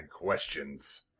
questions